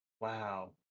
Wow